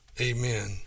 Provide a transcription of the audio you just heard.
amen